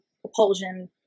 propulsion